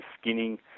skinning